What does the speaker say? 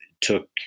took